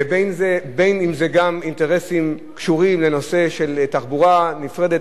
ובין אם זה אינטרסים שקשורים לנושא של תחבורה נפרדת,